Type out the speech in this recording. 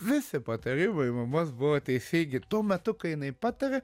visi patarimai mamos buvo teisingi tuo metu kai jinai patarė